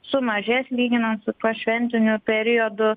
sumažės lyginant su tuo šventiniu periodu